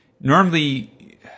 normally